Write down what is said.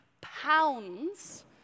pounds